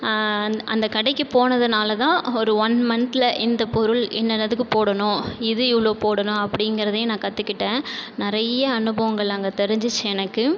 அந் அந்த கடைக்கு போனதுனால் தான் ஒரு ஒரு மன்த்தில் இந்த பொருள் இன்னன்னதுக்கு போடணும் இது இவ்வளோ போடணும் அப்படிங்கறதையும் நான் கற்றுக்கிட்டேன் நிறைய அனுபவங்கள் அங்கே தெரிஞ்சிச்சு எனக்கு